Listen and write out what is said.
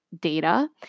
data